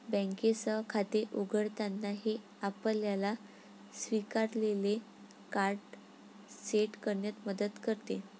बँकेसह खाते उघडताना, हे आपल्याला स्वीकारलेले कार्ड सेट करण्यात मदत करते